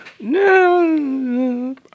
No